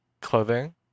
clothing